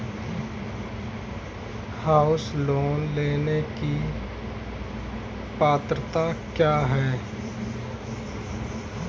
House loan लेने की पात्रता क्या है?